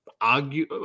Argue